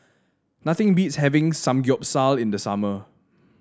nothing beats having Samgeyopsal in the summer